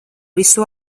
visu